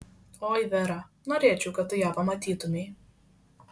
oi vera norėčiau kad tu ją pamatytumei